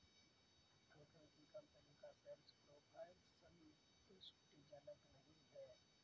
uncle की company का sales profile संतुष्टिजनक नही है